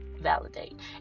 Validate